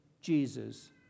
Jesus